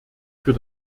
für